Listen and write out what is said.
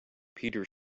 peter